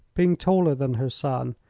being taller than her son,